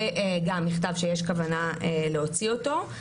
זה גם מכתב שיש כוונה להוציא אותו.